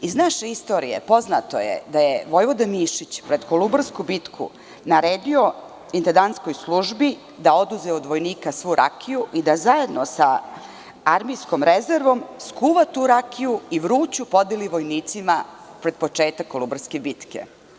Iz naše istorije poznato je da je Vojvoda Mišić pred Kolubarsku bitku naredio Intendantskoj službi da oduzme od vojnika svu rakiju i da, zajedno sa armijskom rezervom, skuva tu rakiju i vruću podeli vojnicima pred početak Kolubarske bitke.